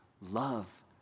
love